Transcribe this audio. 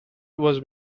was